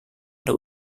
ada